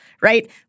right